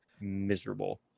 miserable